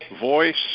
voice